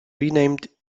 renamed